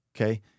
Okay